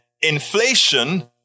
inflation